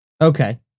Okay